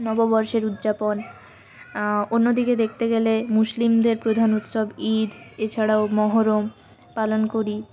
নববর্ষের উদযাপন অন্যদিকে দেখতে গেলে মুসলিমদের প্রধান উৎসব ঈদ এছাড়াও মহরম পালন করি